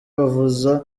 bavuza